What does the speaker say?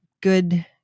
good